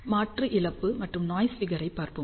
மாற்று இழப்பு மற்றும் நாய்ஸ் ஃபிகர் ஐப் பார்ப்போம்